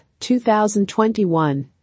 2021